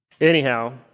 anyhow